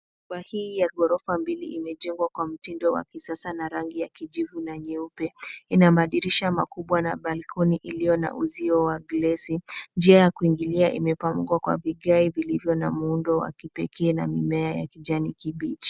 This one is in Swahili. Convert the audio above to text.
Nyumba hii ya ghorofa mbili imejengwa kwa mtindo wa kisasa na rangi ya kijivu na nyeupe ina madirisha makubwa na balkoni iliyo na uzio wa glesi ,njia ya kuingilia imepangwa kwa vigai vilivyo na muundo wa kipekee na mimea ya kijani kibichi